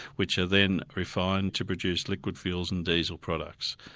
which are then refined to produce liquid fuels and diesel products.